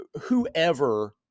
whoever